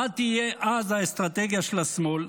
מה תהיה אז האסטרטגיה של השמאל?